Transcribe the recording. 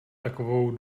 takovou